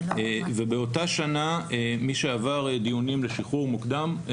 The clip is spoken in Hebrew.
באותה שנה מי שעבר דיונים לשחרור מוקדם,